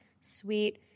sweet